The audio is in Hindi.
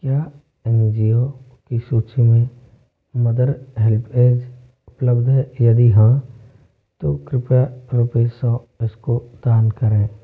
क्या एन जी ओ की सूची में मदर हेल्पऐज उपलब्ध है यदि हाँ तो कृपया रुपये सौ इसको दान करें